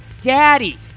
daddy